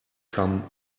come